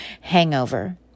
hangover